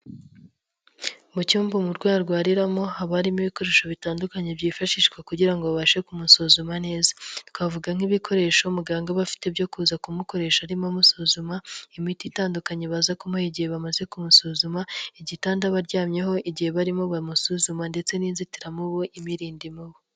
Mu cyumba umurwayi arwariramo haba harimo ibikoresho bitandukanye byifashishwa kugira ngo babashe kumusuzuma neza. Twavuga nk'ibikoresho muganga aba afite byo kuza kumukoresha arimo amusuzuma, imiti itandukanye baza kumuha igihe bamaze kumusuzuma, igitanda aba aryamyeho igihe barimo bamusuzuma ndetse n'inzitiramubu imirinda imibu.